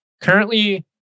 Currently